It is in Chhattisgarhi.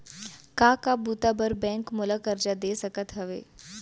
का का बुता बर बैंक मोला करजा दे सकत हवे?